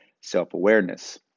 self-awareness